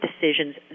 decisions